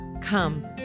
come